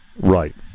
Right